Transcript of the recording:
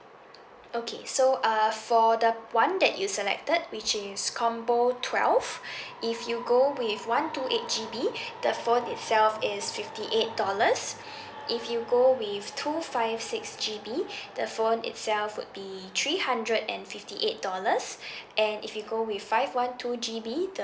okay so uh for the one that you selected which is combo twelve if you go with one two eight G_B the phone itself is fifty eight dollars if you go with two five six G_B the phone itself would be three hundred and fifty eight dollars and if you go with five one two G_B